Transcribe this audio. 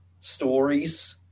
stories